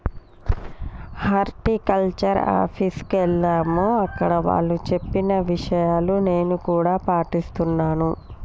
horticulture office కు ఎల్లాము అక్కడ వాళ్ళు చెప్పిన విషయాలు నేను కూడా పాటిస్తున్నాను